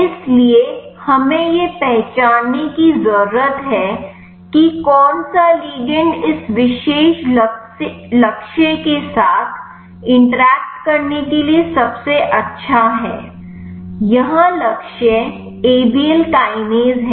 इसलिए हमें यह पहचानने की जरूरत है कि कौन सा लिगंड इस विशेष लक्ष्य के साथ इंटरैक्ट करने के लिए सबसे अच्छा है यहां लक्ष्य ए बी ल काइनेज है